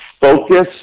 focus